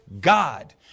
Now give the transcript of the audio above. God